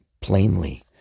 plainly